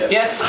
Yes